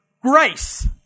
grace